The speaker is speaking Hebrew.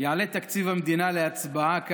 יעלה תקציב המדינה להצבעה כאן,